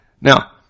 Now